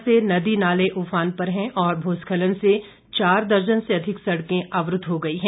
भारी बारिश से नदी नाले उफान पर हैं और भूस्खलन से चार दर्जन से अधिक सड़कें अवरूद्व हो गई हैं